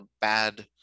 bad